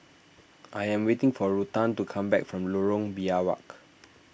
I am waiting for Ruthann to come back from Lorong Biawak